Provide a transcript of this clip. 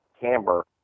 camber